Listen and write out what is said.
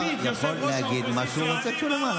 שואלים מה הוא עשה עבור מדינת ישראל.